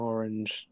Orange